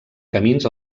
camins